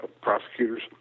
prosecutors